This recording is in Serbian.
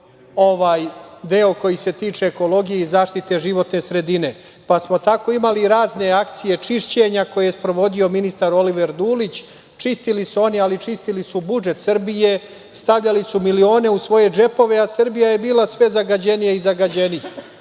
ova deo koji se tiče ekologije i zaštite životne sredine. Tako smo imali razne akcije čišćenja koje je sprovodio ministar Oliver Dulić. Čistili su oni, ali čistili su budžet Srbije, stavljali su milione u svoje džepove, a Srbija je bila sve zagađenija i zagađenija. Na